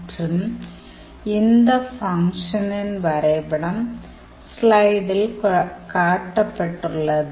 மற்றும் இந்த ஃபங்க்ஷனின் வரைபடம் ஸ்லைடில் காட்டப்பட்டுள்ளது